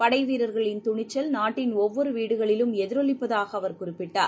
படைவீரர்களின் துணிச்சல் நாட்டின் ஒவ்வொருவீடுகளிலும் எதிரொலிப்பதாகஅவர் குறிப்பிட்டார்